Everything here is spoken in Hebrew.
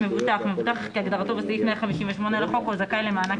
"מבוטח" מבוטח כהגדרתו בסעיף 158 לחוק או זכאי למענק